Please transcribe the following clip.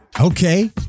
Okay